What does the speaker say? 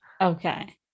Okay